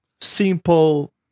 simple